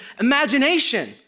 imagination